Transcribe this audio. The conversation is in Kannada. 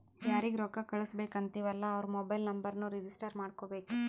ಯಾರಿಗ ರೊಕ್ಕಾ ಕಳ್ಸುಬೇಕ್ ಅಂತಿವ್ ಅಲ್ಲಾ ಅವ್ರ ಮೊಬೈಲ್ ನುಂಬರ್ನು ರಿಜಿಸ್ಟರ್ ಮಾಡ್ಕೋಬೇಕ್